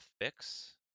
Fix